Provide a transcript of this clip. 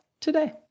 today